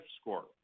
score